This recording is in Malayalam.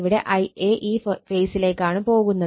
ഇവിടെ Ia ഈ ഫേസിലേക്കാണ് പോകുന്നത്